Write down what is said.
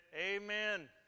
amen